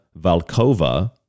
Valkova